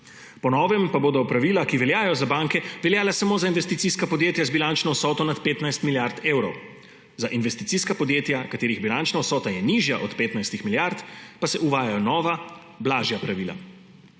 Po novem pa bodo pravila, ki veljajo za banke, veljale samo za investicijska podjetja z bilančno vsoto nad 15 milijard evrov. Za investicijska podjetja, katerih bilančna vsota je nižja od 15 milijard, pa se uvajajo nova, blažja pravila.